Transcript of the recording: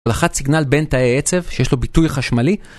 לחץ סיגנל בין תאי עצב שיש לו ביטוי חשמלי